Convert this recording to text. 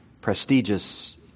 prestigious